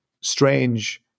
strange